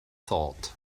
thought